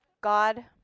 God